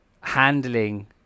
handling